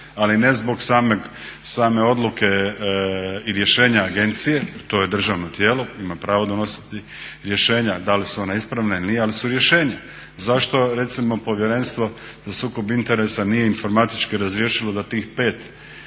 ali ne zbog same odluke i rješenja agencije, to je državno tijelo ima pravo donositi rješenja da li su ona ispravna ili nije ali su rješenja. Zašto recimo Povjerenstvo za sukob interesa nije informatički razriješilo da tih 5